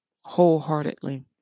wholeheartedly